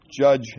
Judge